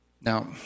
Now